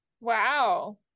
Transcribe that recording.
wow